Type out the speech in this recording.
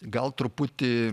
gal truputį